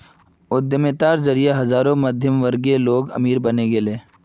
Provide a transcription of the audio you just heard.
उद्यमिता जरिए हजारों मध्यमवर्गीय लोग अमीर बने गेले